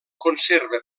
conserva